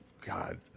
God